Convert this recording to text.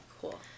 Cool